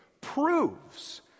proves